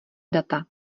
data